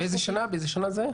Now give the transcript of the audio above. באיזה שנה זה היה?